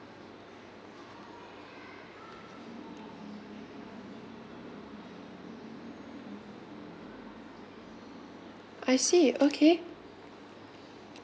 I see okay